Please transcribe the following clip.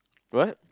what